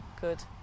Good